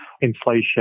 inflation